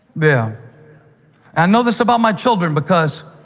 yeah and know this about my children, because